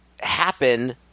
happen